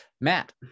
Matt